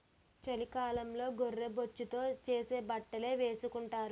చలికాలంలో గొర్రె బొచ్చుతో చేసే బట్టలే ఏసుకొంటారు